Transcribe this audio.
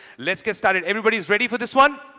let's get started. everybody is ready for this one?